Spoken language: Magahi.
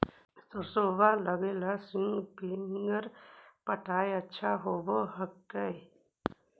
सरसोबा लगी स्प्रिंगर पटाय अच्छा होबै हकैय?